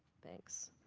thanks.